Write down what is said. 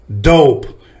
dope